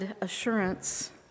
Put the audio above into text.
assurance